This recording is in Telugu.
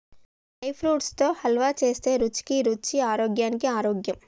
డ్రై ఫ్రూప్ట్స్ తో హల్వా చేస్తే రుచికి రుచి ఆరోగ్యానికి ఆరోగ్యం